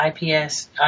IPS